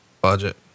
budget